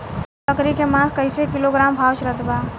बकरी के मांस कईसे किलोग्राम भाव चलत बा?